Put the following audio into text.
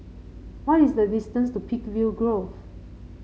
what is the distance to Peakville Grove